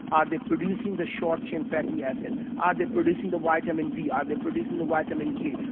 are they producing the starch and fatty acid? are they producing the vitamin b? are they producing the vitamin k?